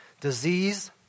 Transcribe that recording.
Disease